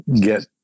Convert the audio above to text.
get –